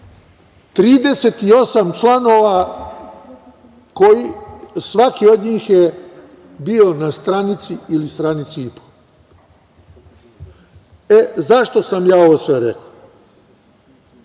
38 članova, a svaki od njih je bio na stranici ili stranici i po.E, zašto sam ja ovo sve rekao?